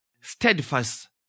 steadfast